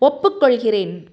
ஒப்புக்கொள்கிறேன்